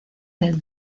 del